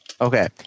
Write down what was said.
Okay